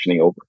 over